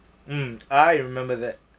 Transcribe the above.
mm I remember that